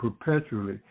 perpetually